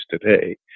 today